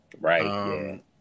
Right